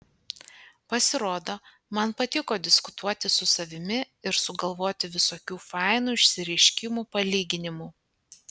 pasirodo man patiko diskutuoti su savimi ir sugalvoti visokių fainų išsireiškimų palyginimų